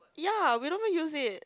ya we don't even use it